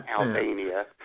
Albania